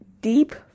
deep